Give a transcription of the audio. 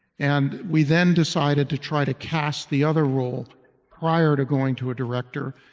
and we then decided to try to cast the other role prior to going to a director.